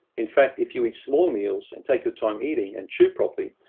in fact, if you eat small meals and take the time eating and chew properly,